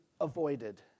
avoided